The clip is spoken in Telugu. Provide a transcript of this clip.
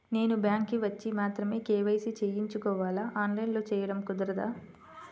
నేను బ్యాంక్ వచ్చి మాత్రమే కే.వై.సి చేయించుకోవాలా? ఆన్లైన్లో చేయటం కుదరదా?